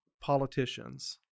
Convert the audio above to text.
politicians